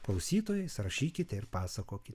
klausytojais rašykite ir pasakokit